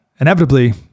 Inevitably